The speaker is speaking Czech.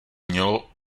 mělo